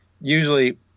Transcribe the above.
usually